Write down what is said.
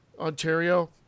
Ontario